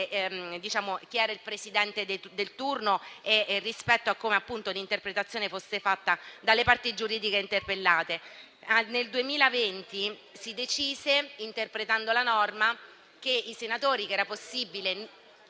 chi fosse il Presidente di turno e rispetto a quale fosse l'interpretazione fatta dalle parti giuridiche interpellate. Nel 2020 si decise, interpretando la norma, che i senatori a vita che era possibile